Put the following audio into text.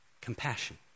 Compassion